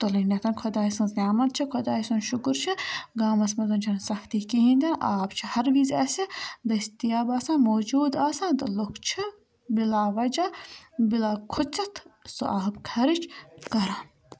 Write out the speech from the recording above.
تُلٕنۍ خۄداے سٕنٛز نعمَت چھِ خۄداے سُنٛد شُکُر چھِ گامَس مَنٛز چھُنہٕ سَختی کِہیٖنۍ تہِ نہٕ آب چھِ ہَر وِزِ اَسہِ دٔستِیاب آسان موجوٗد آسان تہٕ لُکھ چھِ بِلا وَجہ بِلا کھوٗژِتھ سُہ آب خرٕچ کران